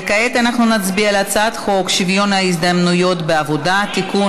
וכעת אנחנו נצביע על הצעת חוק שוויון ההזדמנויות בעבודה (תיקון,